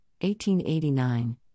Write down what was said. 1889